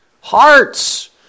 Hearts